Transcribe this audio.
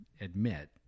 admit